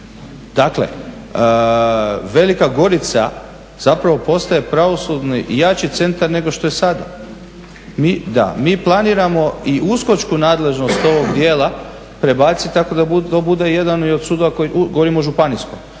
dakle Velika Gorica zapravo postaje pravosudni i jači centar nego što je sada. Da, mi planiramo i uskočku nadležnost ovog dijela prebaciti, tako da to bude i jedan i od sudova koji, govorim o županijskom.